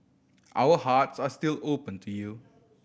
our hearts are still open to you